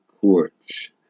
courts